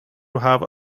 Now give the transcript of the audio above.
have